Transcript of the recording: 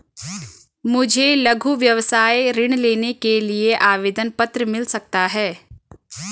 मुझे लघु व्यवसाय ऋण लेने के लिए आवेदन पत्र मिल सकता है?